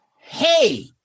Hey